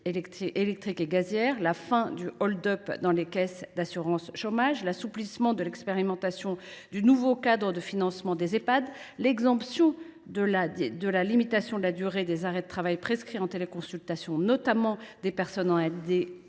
électriques et gazières, à la fin du hold up visant les caisses d’assurance chômage, à l’assouplissement de l’expérimentation du nouveau cadre de financement des Ehpad, à l’exemption de la limitation de la durée des arrêts de travail prescrits en téléconsultation, notamment pour les personnes